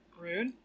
Rude